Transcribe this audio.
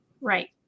Right